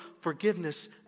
forgiveness